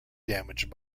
damaged